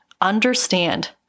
understand